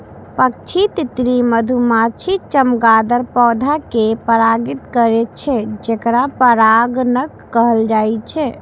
पक्षी, तितली, मधुमाछी, चमगादड़ पौधा कें परागित करै छै, जेकरा परागणक कहल जाइ छै